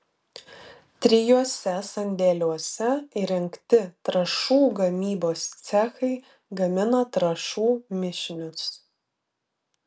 trijuose sandėliuose įrengti trąšų gamybos cechai gamina trąšų mišinius